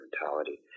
mentality